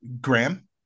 Graham